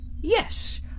Yes